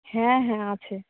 হ্যাঁ হ্যাঁ আছে